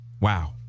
wow